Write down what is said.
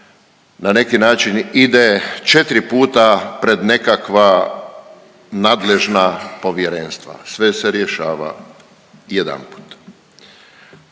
na neki način ide 4 puta pred nekakva nadležna povjerenstva, sve se rješava jedanput.